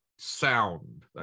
sound